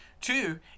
Two